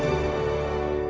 so